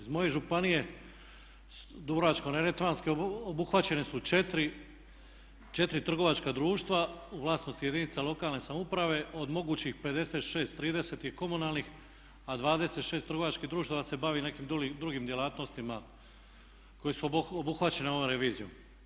Iz moje županije Dubrovačko-neretvanske obuhvaćene su 4 trgovačka društva u vlasništvu jedinica lokalne samouprave od mogućih 56, 30 je komunalnih, a 26 trgovačkih društava se bavi nekim drugim djelatnostima koje su obuhvaćene ovom revizijom.